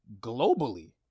Globally